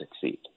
succeed